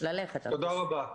תודה רבה.